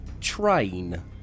Train